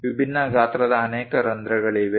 ವಿಭಿನ್ನ ಗಾತ್ರದ ಅನೇಕ ರಂಧ್ರಗಳಿವೆ